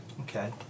Okay